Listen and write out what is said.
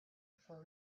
before